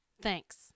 Thanks